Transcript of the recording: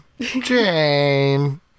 Jane